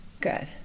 Good